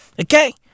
Okay